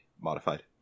modified